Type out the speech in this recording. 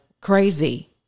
crazy